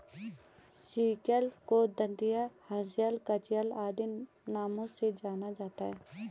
sickle को दँतिया, हँसिया, कचिया आदि नामों से जाना जाता है